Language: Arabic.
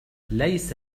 ليس